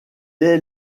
est